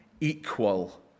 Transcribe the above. equal